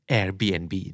Airbnb